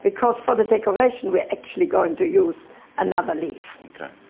because for the decoration we're actually going to use another leaf. okay.